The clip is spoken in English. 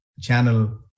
channel